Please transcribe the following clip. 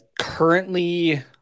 Currently